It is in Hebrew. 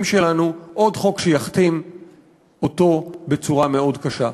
שלנו עוד חוק שיכתים אותו בצורה מאוד קשה.